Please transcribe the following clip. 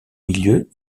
milieu